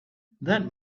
that